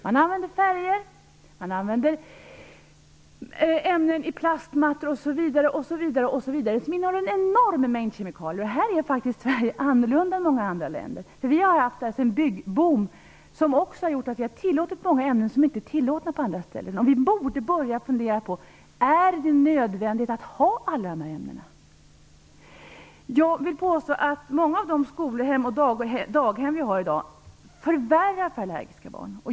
Man använder färger, ämnen i plastmattor osv. som innehåller en enorm mängd kemikalier. I Sverige är situationen en annan än i många andra länder. Vi har haft en byggboom som har medfört att vi har tillåtit många ämnen som inte är tillåtna på andra ställen. Vi borde börja fundera över om det är nödvändigt att använda alla de här ämnena. Jag vill påstå att många av de skolor och daghem vi har i dag förvärrar för allergiska barn.